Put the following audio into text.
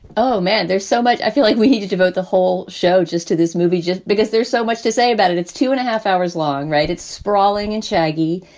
oh, man. there's so much i feel like we need to devote the whole show just to this movie just because there's so much to say about it. it's two and a half hours long, right? it's sprawling and shaggy.